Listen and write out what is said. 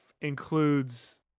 includes